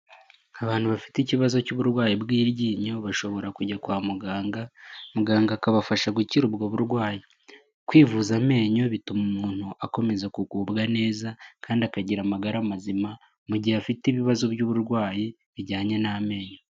Abantu bafite ikibazo cy'uburwayi bw'iryinyo, bashobora kujya kwa muganga, muganga akabafasha gukira ubwo burwayi. kwivuza amenyo, bituma umuntu akomeza kugubwa neza kandi akagira amagara mazima, mu gihe afite ibibazo by'uburwayi bijyanye n'amenyo.